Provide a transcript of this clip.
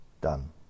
done